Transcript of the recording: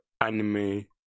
anime